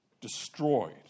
destroyed